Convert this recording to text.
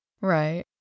Right